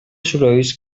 sorolls